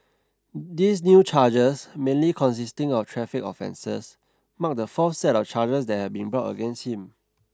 these new charges mainly consisting of traffic offences mark the fourth set of charges that have been brought against him